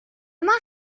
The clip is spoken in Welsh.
yma